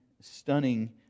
stunning